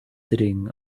sitting